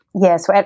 Yes